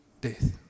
death